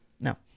No